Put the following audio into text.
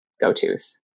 go-tos